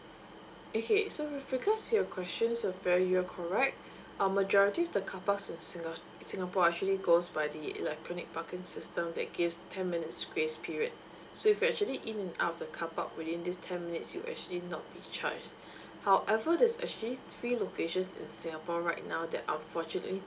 okay so with regards to your questions of vary you are correct uh majority of the car parks in singa~ singapore actually goes by the electronic parking system that gives ten minutes grace period so if you're actually in and out of the car park within this ten minutes you'll actually not be charged however there's actually three locations in singapore right now that unfortunately